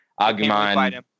agumon